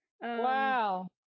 Wow